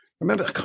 Remember